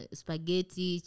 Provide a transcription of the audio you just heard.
spaghetti